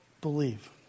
believe